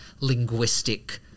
linguistic